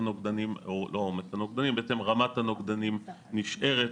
רמת הנוגדנים נשארת,